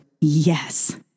Yes